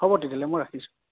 হ'ব তেতিয়াহ'লে মই ৰাখিছোঁ